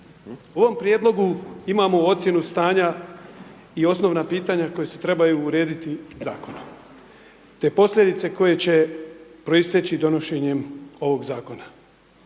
U ovom prijedlogu imamo ocjenu stanja i osnovna pitanja koje se trebaju urediti zakonom te posljedice koje će proisteći donošenjem ovog zakona.